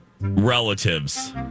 relatives